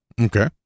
Okay